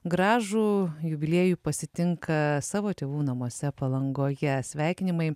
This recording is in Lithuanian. gražų jubiliejų pasitinka savo tėvų namuose palangoje sveikinimai